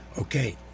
Okay